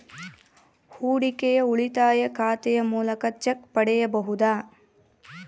ಹೂಡಿಕೆಯ ಉಳಿತಾಯ ಖಾತೆಯ ಮೂಲಕ ಚೆಕ್ ಪಡೆಯಬಹುದಾ?